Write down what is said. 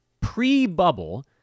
pre-bubble